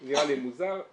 זה יכל להימנע מראש.